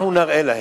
אנחנו נראה להם,